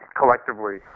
collectively